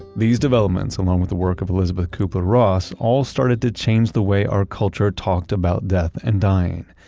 these developments, along with the work of elizabeth kubler-ross all started to change the way our culture talked about death and dying,